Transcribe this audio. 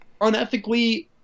unethically –